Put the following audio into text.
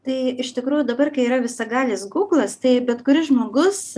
tai iš tikrųjų dabar kai yra visagalis gūglas tai bet kuris žmogus